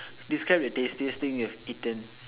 describe the tastiest thing you have eaten